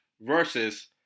versus